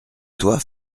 toi